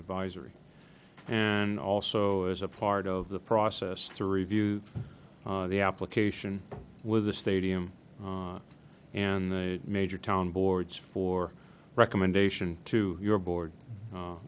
advisory and also as a part of the process to review the application with the stadium and the major town boards for recommendation to your board